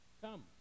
come